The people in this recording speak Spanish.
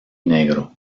negro